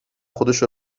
خودشو